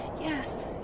Yes